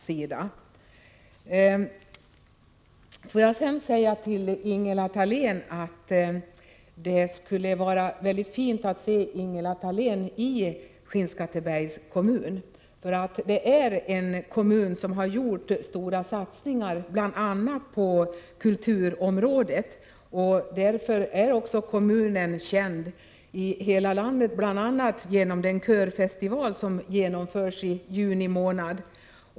Till Ingela Thalén vill jag säga att det skulle vara mycket fint om vi finge se henne i Skinnskattebergs kommun. Kommunen har gjort stora satsningar på bl.a. kulturområdet och är känd i hela landet för bl.a. den körfestival som hålls i juni månad.